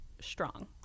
strong